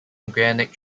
organic